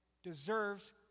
deserves